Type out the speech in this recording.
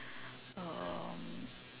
um